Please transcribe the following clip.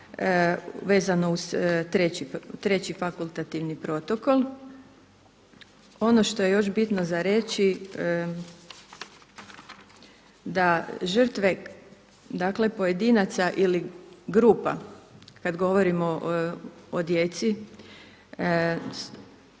vezano uz Treći fakultativni protokol. Ono što je još bitno za reći da žrtve dakle pojedinaca ili grupa kada govorimo o djeci,